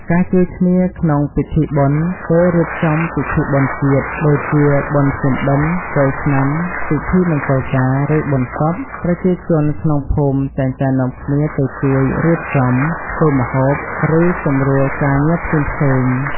ការជួយគ្នាក្នុងពិធីបុណ្យ ពេលរៀបចំពិធីបុណ្យជាតិ ដូចជាបុណ្យភ្ជុំបិណ្ឌ ចូលឆ្នាំ ពិធីមង្គលការ ឬបុណ្យសព ប្រជាជនក្នុងភូមិតែងតែនាំគ្នាទៅជួយរៀបចំ ធ្វើម្ហូប ឬសម្រួលការងារផ្សេងៗ។